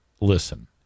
listen